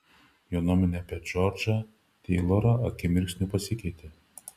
jo nuomonė apie džordžą teilorą akimirksniu pasikeitė